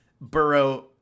Burrow